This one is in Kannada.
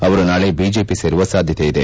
ಅವರು ನಾಳೆ ಬಿಜೆಪಿ ಸೇರುವ ಸಾಧ್ವತೆ ಇದೆ